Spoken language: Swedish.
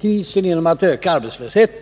krisen genom ökad arbetslöshet.